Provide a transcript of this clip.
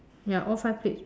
ya all five plates